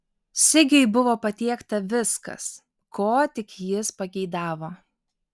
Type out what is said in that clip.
sigiui buvo patiekta viskas ko tik jis pageidavo